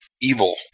Evil